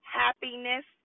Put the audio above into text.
happiness